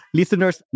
listeners